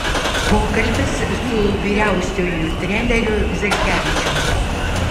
pokalbis su vyriausiuoju treneriu zelkevičiumi